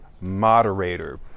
Moderator